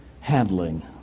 handling